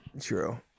True